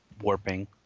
warping